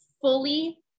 fully